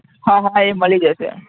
હા હા એ મળી જશે